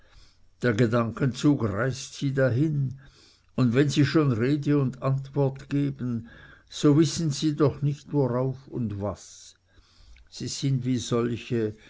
der gedankenzug reißt sie dahin und wenn sie schon rede und antwort geben so wissen sie doch nicht worauf und was sie sind wie solche